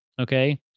Okay